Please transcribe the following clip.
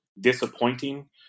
disappointing